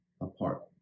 apart